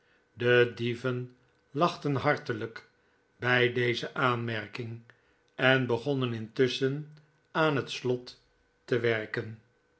de dieven lachten hartelijk bij deze aanmerking en begonnen intusschen aan het slot te werken